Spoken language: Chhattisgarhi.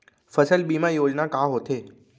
फसल बीमा योजना का होथे?